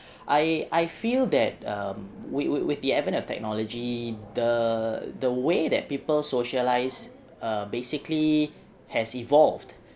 I I feel that um with with the advent of technology the the way that people socialise err basically has evolved